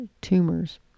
tumors